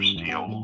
Steel